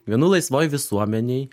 gyvenu laisvoj visuomenėj